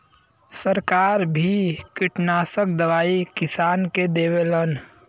सरकार भी किटनासक दवाई किसान के देवलन